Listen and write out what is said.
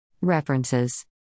References